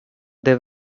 they